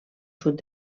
sud